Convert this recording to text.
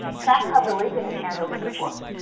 track how religion is handled in the book,